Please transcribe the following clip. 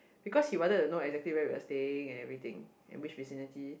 because he wanted know exactly where we are staying and everything and which vicinity